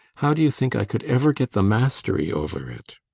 how do you think i could ever get the mastery over it?